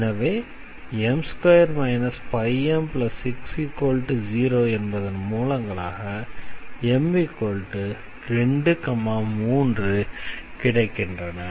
எனவே m2 5m60 என்பதன் மூலங்களாக m23 கிடைக்கின்றன